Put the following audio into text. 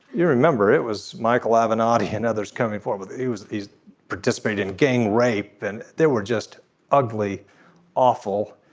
you remember it was michael abernathy and others coming forward. it was he's participated in gang rape and there were just ugly awful.